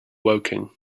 woking